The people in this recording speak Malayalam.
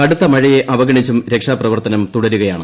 കടുത്ത മഴയെ അവഗണിച്ചും രക്ഷാപ്രവർത്തനം തുടരുകയാണ്